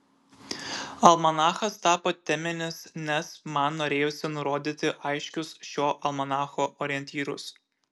almanachas tapo teminis nes man norėjosi nurodyti aiškius šio almanacho orientyrus